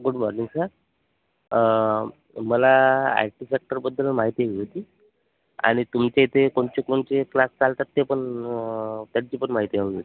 good morning sir मला I T सेक्टरबद्दल माहिती हवी होती आणि तुमच्या इथे कोणते कोणते क्लास चालतात ते पण त्यांची पण माहिती हवी होती